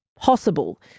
possible